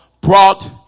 brought